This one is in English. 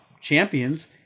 champions